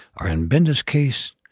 or in binda's case,